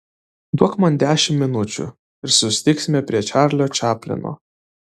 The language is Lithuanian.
duok man dešimt minučių ir susitiksime prie čarlio čaplino